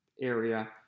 area